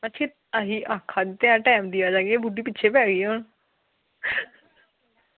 अच्छा आक्खा दे ऐ टैम देआ दे बुड्ढी पिच्छें पे गेई ऐं